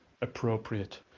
appropriate